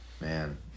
man